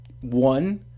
one